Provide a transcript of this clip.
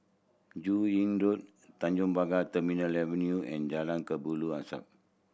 Joo Yee Road Tanjong Pagar Terminal Avenue and Jalan Kelabu Asap